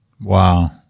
Wow